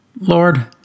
Lord